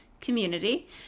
community